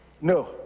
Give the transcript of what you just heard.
No